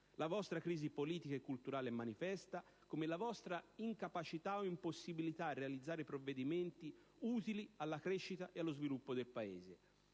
La vostra crisi politica e culturale è manifesta, come la vostra incapacità o impossibilità a realizzare provvedimenti utili alla crescita e allo sviluppo del Paese.